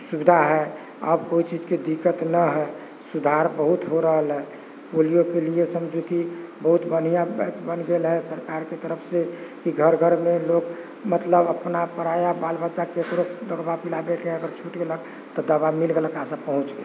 सुविधा हइ आब कोइ चीजके दिक्कत न हइ सुधार बहुत हो रहल हइ पोलियोके लिए समझू कि बहुत बन्हिआँ बैच बनि गेल हइ सरकारके तरफसँ कि घर घरमे लोक मतलब अपना पराया बाल बच्चा ककरो दवा पिलाबयके अगर छुटि गयलक तऽ दवा मिलि गयलक आशा पहुँचि गेल